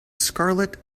scarlet